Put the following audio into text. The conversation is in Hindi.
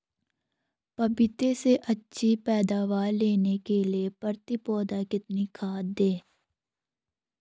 पपीते से अच्छी पैदावार लेने के लिए प्रति पौधा कितनी खाद दें?